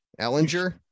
Ellinger